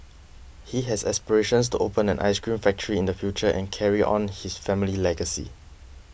he has aspirations to open an ice cream factory in the future and carry on his family legacy